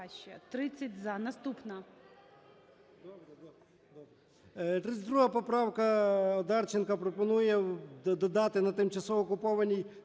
32 поправка Одарченка пропонує додати: "На тимчасово окупованій